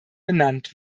benannt